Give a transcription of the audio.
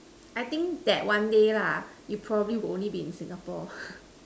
I think that one day lah you probably would only be in Singapore